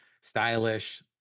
stylish